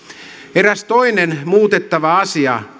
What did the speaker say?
eräs toinen muutettava asia